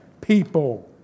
people